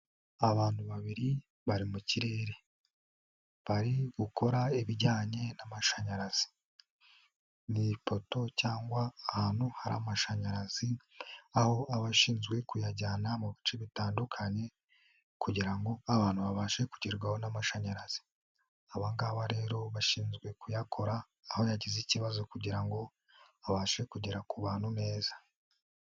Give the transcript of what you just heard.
Abantu babiri bari mu kirere, bari gukora ibijyanye n'amashanyarazi, ni ipoto cyangwa ahantu hari amashanyarazi, aho abashinzwe kuyajyana mu bice bitandukanye kugira ngo abantu babashe kugerwaho n'amashanyarazi; aba ngabo rero bashinzwe kuyakora aho yagize ikibazo kugira ngo abashe kugera ku bantu neza.